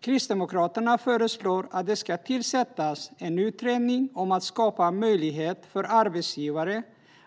Kristdemokraterna föreslår att det ska tillsättas en utredning om att skapa möjlighet för arbetsgivare